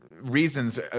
reasons